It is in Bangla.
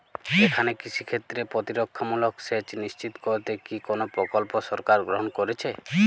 এখানে কৃষিক্ষেত্রে প্রতিরক্ষামূলক সেচ নিশ্চিত করতে কি কোনো প্রকল্প সরকার গ্রহন করেছে?